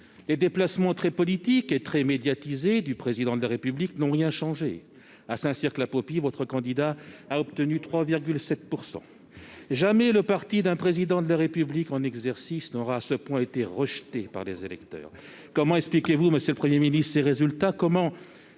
Les déplacements très politiques et très médiatisés du Président de la République n'y ont rien changé : à Saint-Cirq-Lapopie, votre candidat a obtenu 3,7 %. Jamais le parti d'un Président de la République en exercice n'aura à ce point été rejeté par les électeurs ! Comment expliquez-vous, monsieur le Premier ministre, ces résultats ?